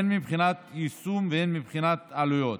הן מבחינת יישום והן מבחינת עלויות,